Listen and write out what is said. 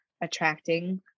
attracting